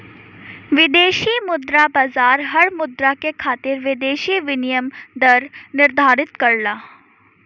विदेशी मुद्रा बाजार हर मुद्रा के खातिर विदेशी विनिमय दर निर्धारित करला